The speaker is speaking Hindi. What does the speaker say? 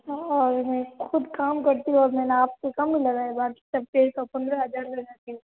हाँ और मैं ख़ुद काम करती हूँ और मैंने आपको कम ही लगाया है बाकि सबके इनका पन्द्रह हज़ार लगाती हूँ